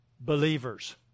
believers